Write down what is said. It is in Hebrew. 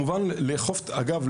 אגב,